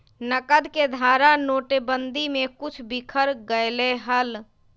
नकद के धारा नोटेबंदी में कुछ बिखर गयले हल